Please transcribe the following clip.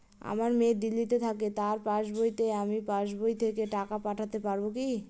আমার মেয়ে দিল্লীতে থাকে তার পাসবইতে আমি পাসবই থেকে টাকা পাঠাতে পারব কি?